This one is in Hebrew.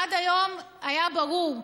עד היום היה ברור,